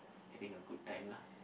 having a good time lah